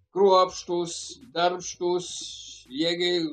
kruopštūs darbštūs jie gi